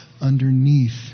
underneath